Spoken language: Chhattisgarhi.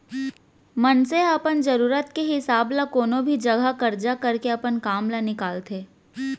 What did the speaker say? मनसे ह अपन जरूरत के हिसाब ल कोनो भी जघा करजा करके अपन काम ल निकालथे